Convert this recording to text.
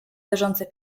leżące